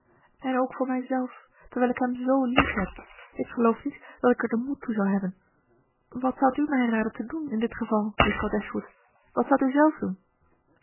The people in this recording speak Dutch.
en ook voor mijzelf terwijl ik hem zoo liefheb ik geloof niet dat ik er den moed toe zou hebben wat zoudt u mij raden te doen in dit geval juffrouw dashwood wat zoudt u zelf doen